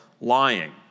lying